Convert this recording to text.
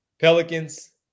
Pelicans